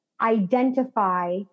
identify